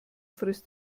frisst